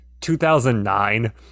2009